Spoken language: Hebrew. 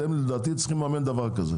אתם לדעתי צריכים לממן דבר כזה.